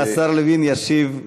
השר לוין ישיב,